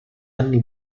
anni